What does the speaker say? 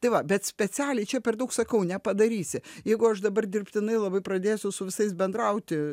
tai va bet specialiai čia per daug sakau nepadarysi jeigu aš dabar dirbtinai labai pradėsiu su visais bendrauti